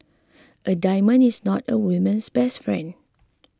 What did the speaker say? a diamond is not a woman's best friend